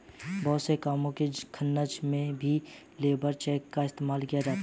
बहुत से कामों की तन्ख्वाह में भी लेबर चेक का इस्तेमाल किया जाता है